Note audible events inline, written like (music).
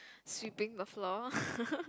sweeping the floor (breath)